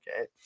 okay